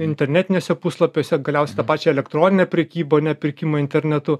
internetiniuose puslapiuose galiausiai tą pačią elektroninę prekybą ane pirkimą internetu